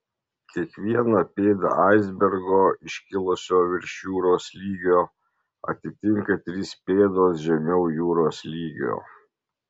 kiekvieną pėdą aisbergo iškilusio virš jūros lygio atitinka trys pėdos žemiau jūros lygio